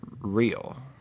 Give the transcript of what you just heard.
real